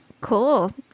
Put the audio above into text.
Cool